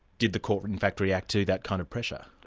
did the court in fact react to that kind of pressure?